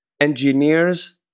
engineers